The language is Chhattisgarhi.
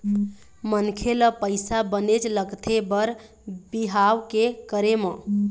मनखे ल पइसा बनेच लगथे बर बिहाव के करे म